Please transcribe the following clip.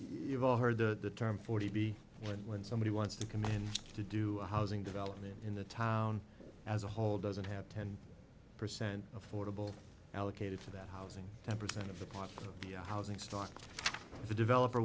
you've all heard the term forty b when somebody wants to come in to do a housing development in the town as a whole doesn't have ten percent affordable allocated for that housing ten percent of the park housing stock if a developer